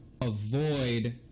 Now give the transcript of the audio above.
avoid